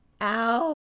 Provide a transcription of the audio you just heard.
ow